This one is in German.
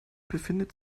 befindet